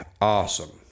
awesome